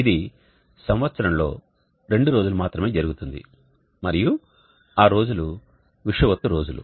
ఇది సంవత్సరంలో రెండు రోజులు మాత్రమే జరుగుతుంది మరియు ఆ రోజులు విషువత్తు రోజులు